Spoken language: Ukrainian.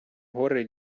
гори